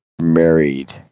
married